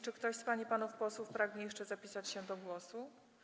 Czy ktoś z pań i panów posłów pragnie jeszcze zapisać się do głosu?